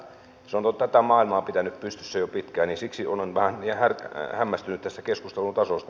se on tätä maailmaa pitänyt pystyssä jo pitkään ja siksi olen vähän hämmästynyt tästä keskustelun tasosta